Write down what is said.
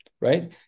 right